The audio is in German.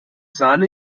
sahne